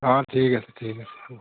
অঁ ঠিক আছে ঠিক আছে হ'ব